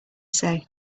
say